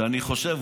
שאני חושב,